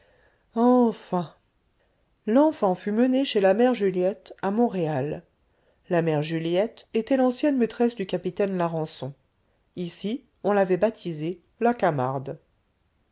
enfin l'enfant fut mené chez la mère juliette à montréal la mère juliette était l'ancienne maîtresse du capitaine larençon ici on l'avait baptisée la camarde